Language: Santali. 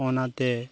ᱚᱱᱟᱛᱮ